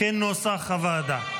כנוסח הוועדה.